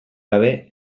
gabe